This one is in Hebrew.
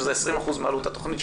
שזה 20% מעלות התוכנית,